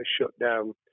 shutdown